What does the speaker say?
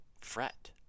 fret